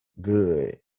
good